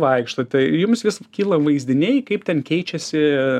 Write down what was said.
vaikštote jums vis kyla vaizdiniai kaip ten keičiasi